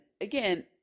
again